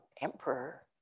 emperor